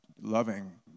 loving